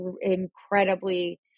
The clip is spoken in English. incredibly